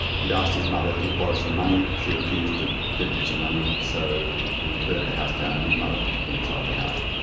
he'd asked his mother to borrow some money, she refused to give him some money, so he burnt the house down and his mother happened to be inside the house.